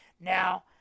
Now